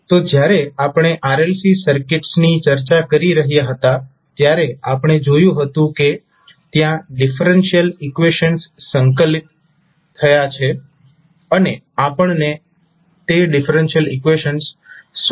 તો જ્યારે આપણે RLC સર્કિટ્સની ચર્ચા કરી રહ્યા હતા ત્યારે આપણે જોયું હતું કે ત્યાં ડિફરન્શિયલ ઈકવેશન્સ સંકલિત થયા છે અને આપણે તે ડિફરન્શિયલ ઈકવેશન્સ સોલ્વ કરવાનો પ્રયાસ કરી રહ્યા છીએ